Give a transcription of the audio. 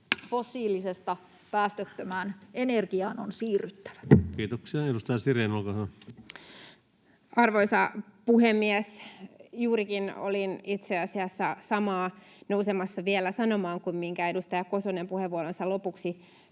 fossiilisesta päästöttömään energiaan on siirryttävä. Kiitoksia. — Edustaja Sirén, olkaa hyvä. Arvoisa puhemies! Juurikin olin itse asiassa samaa nousemassa vielä sanomaan, minkä edustaja Kosonen puheenvuoronsa lopuksi